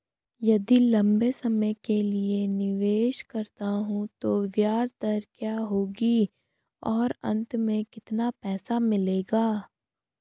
यदि लंबे समय के लिए निवेश करता हूँ तो ब्याज दर क्या होगी और अंत में कितना पैसा मिलेगा?